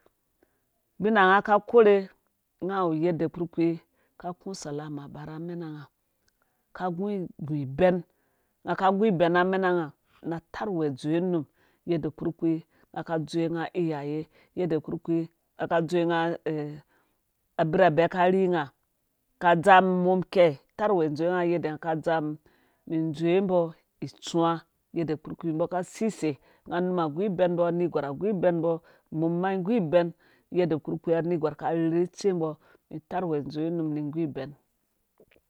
Bana unga ka kore unga auru yende kpurkpi ungo ka iku salama avara amenanga ka gu iguibɛn unga ka igu ibɛn na. amenanga na atarwɛɛ adzowe unum yede kpurkpi. aka adzowe unga iyaye yede kpurkpi aka abirabɛ karhi unga kadzaa umum ikɛi itarwee indzowe unga yede unga ka adzaa umum umum indzowe umbo itsuwa yede kpurkpi umbo ka isi sei unga unum aguibɛn umbɔ anegwar aguibɛn umbɔ umum ma igu ibɛn yendɛ kpurkpi anegwar arherhe ri itsimbɔ itarwɛɛinfzowe unum ni iguibɛn